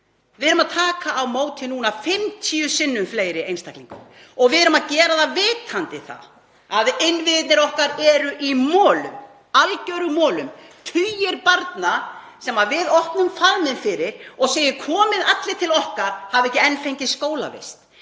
Við erum að taka núna á móti 50 sinnum fleiri einstaklingum og við erum að gera það vitandi það að innviðirnir okkar eru í molum, algerum molum. Tugir barna, sem við opnum faðminn fyrir og segjum: Komið allir til okkar, hafa ekki enn fengið skólavist.